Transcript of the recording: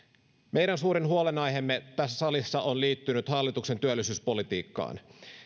meidän suurin huolenaiheemme tässä salissa on liittynyt hallituksen työllisyyspolitiikkaan